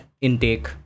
intake